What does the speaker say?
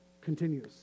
continues